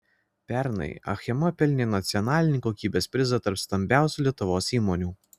pernai achema pelnė nacionalinį kokybės prizą tarp stambiausių lietuvos įmonių